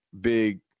big